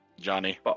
Johnny